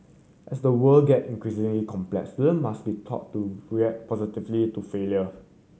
as the world get increasingly complex student must be taught to react positively to failure